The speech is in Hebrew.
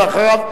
ואחריו,